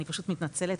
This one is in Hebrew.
אני מתנצלת,